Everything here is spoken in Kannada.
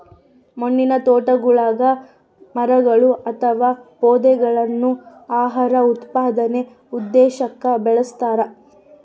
ಹಣ್ಣಿನತೋಟಗುಳಗ ಮರಗಳು ಅಥವಾ ಪೊದೆಗಳನ್ನು ಆಹಾರ ಉತ್ಪಾದನೆ ಉದ್ದೇಶಕ್ಕ ಬೆಳಸ್ತರ